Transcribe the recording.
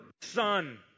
son